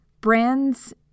brands